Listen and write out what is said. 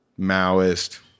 Maoist